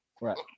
Right